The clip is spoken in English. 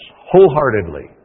wholeheartedly